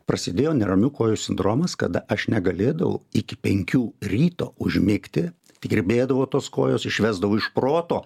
prasidėjo neramių kojų sindromas kada aš negalėdavau iki penkių ryto užmigti kirbėdavo tos kojos išvesdavo iš proto